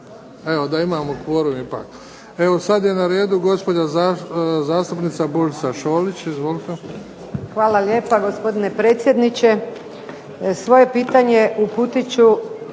da imamo kvorum ipak. Evo sada je na redu gospođa zastupnica Božica Šolić. Izvolite. **Šolić, Božica (HDZ)** Hvala lijepo gospodine predsjedniče. Svoje pitanje uputit ću